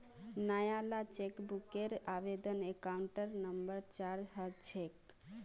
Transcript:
नयाला चेकबूकेर आवेदन counter number चार ह छेक